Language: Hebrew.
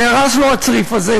נהרס לו הצריף הזה,